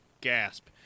Gasp